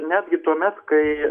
netgi tuomet kai